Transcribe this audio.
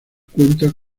cuenta